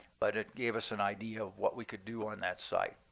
but it gave us an idea of what we could do on that site.